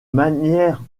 manière